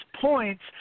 points